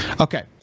Okay